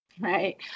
right